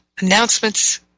announcements